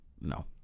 no